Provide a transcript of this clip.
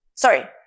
Sorry